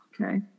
Okay